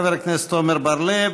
חבר הכנסת עמר בר-לב,